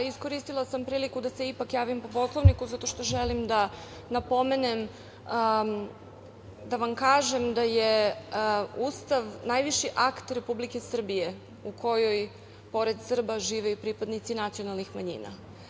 Iskoristila sam priliku da se ipak javim po Poslovniku zato što želim da napomenem, da vam kažem da je Ustav najviši akt Republike Srbije, u kojoj pored Srba žive i pripadnici nacionalnih manjina.